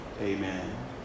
Amen